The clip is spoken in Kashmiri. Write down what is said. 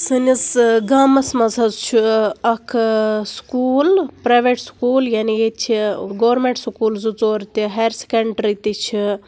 سٲنِس گامَس منٛز حظ چھُ اکھ سکوٗل پراویٹ سکوٗل یعنے ییٚتہِ چھِ گورمینٹ سکوٗل زٕ ژور تہِ ہایر سیکنڈری تہ چھِ